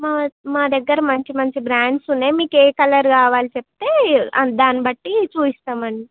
మా మా దగ్గర మంచి మంచి బ్రాండ్స్ ఉన్నాయి మీకు ఏ కలర్ కావాలో చెప్తే దాన్ని బట్టి చుపిస్తామండి